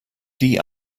die